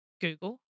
Google